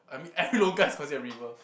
I mean every longkang is considered a river